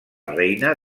reina